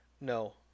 no